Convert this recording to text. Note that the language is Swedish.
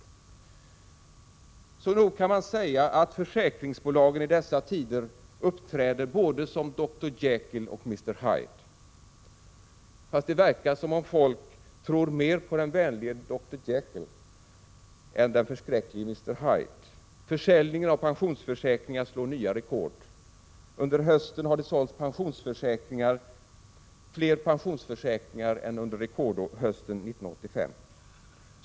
Så nog kan man säga att försäkringsbolagen i dessa tider uppträder både som Dr Jekyll och Mr Hyde. Fast det verkar som om folk tror mer på den vänlige Dr Jekyll än på den förskräcklige Mr Hyde. Försäljningen av pensionsförsäkringar slår nya rekord. Under hösten har det sålts fler pensionsförsäkringar än under rekordhösten 1985.